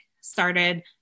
started